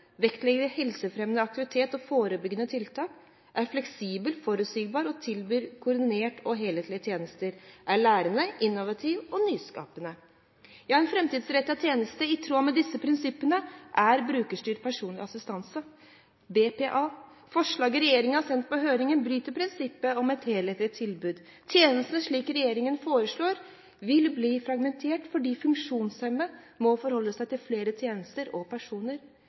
vektlegger helsefremmende aktivitet og forebyggende tiltak er fleksibel, forutsigbar og tilbyr koordinerte og helhetlige tjenester er lærende, innovativ og nyskapende. En framtidsrettet tjeneste i tråd med disse prinsippene er brukerstyrt personlig assistanse, BPA. Forslaget regjeringen har sendt på høring, bryter med prinsippet om et helhetlig tilbud. Tjenestene, slik regjeringen foreslår, vil bli fragmentert fordi funksjonshemmede må forholde seg til flere tjenester og personer.